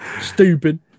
Stupid